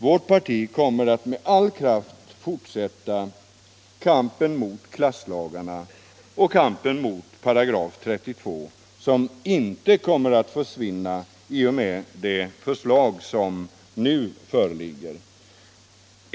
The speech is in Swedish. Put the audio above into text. Vårt parti kommer att med all kraft fortsätta kampen mot klasslagarna och mot § 32, som inte kommer att försvinna med det förslag som nu föreligger.